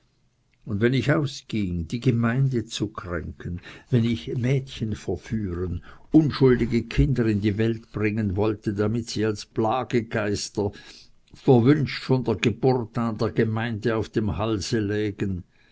und wenn ich ausging die gemeinde zu kränken wenn ich mädchen verführen unschuldige kinder in die welt bringen wollte damit sie als plagegeister verwünscht von der geburt an der gemeinde auf dem halse lägen